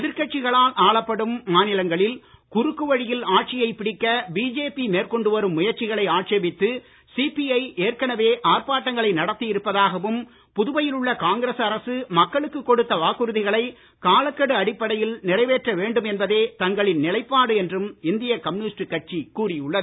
எதிர்கட்சிகளால் ஆளப்படும் மாநிலங்களில் குறுக்கு வழியில் ஆட்சியை பிடிக்க பிஜேபி மேற்கொண்டு வரும் முயற்சிகளை ஆட்சேபித்து சிபிஐ ஏற்கனவே ஆர்ப்பாட்டங்களை நடத்தி இருப்பதாகவும் புதுவையில் உள்ள காங்கிரஸ் அரசு மக்களுக்கு கொடுத்த வாக்குறுதிகளை காலக்கெடு அடிப்படையில் நிறைவேற்ற வேண்டும் என்பதே தங்களின் நிலைப்பாடு என்றும் இந்தியக் கம்யூனிஸ்ட் கட்சி கூறி உள்ளது